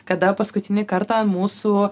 kada paskutinį kartą mūsų